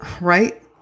right